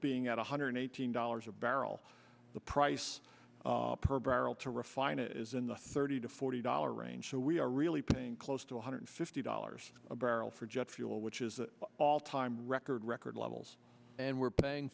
being at one hundred eighteen dollars a barrel the price per barrel to refine it is in the thirty to forty dollar range so we are really paying close to one hundred fifty dollars a barrel for jet fuel which is an all time record record levels and we're paying